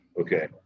Okay